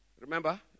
Remember